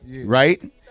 right